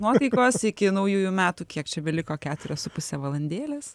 nuotaikos iki naujųjų metų kiek čia beliko keturios su puse valandėlės